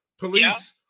Police